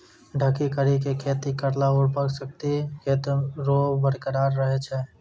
ढकी करी के खेती करला उर्वरा शक्ति खेत रो बरकरार रहे छै